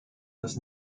das